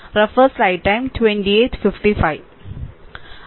അതിനാൽ i1 0